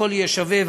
הכול יהיה שווה.